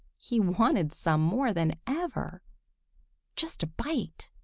he wanted some more than ever just a bite.